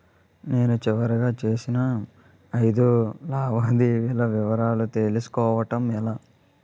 నేను చివరిగా చేసిన ఐదు లావాదేవీల వివరాలు తెలుసుకోవటం ఎలా?